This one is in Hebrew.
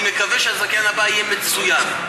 אני מקווה שהזכיין הבא יהיה מצוין.